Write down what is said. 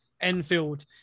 Enfield